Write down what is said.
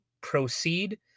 proceed